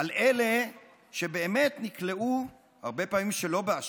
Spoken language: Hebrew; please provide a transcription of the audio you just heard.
על אלה שבאמת נקלעו, הרבה פעמים שלא באשמתם,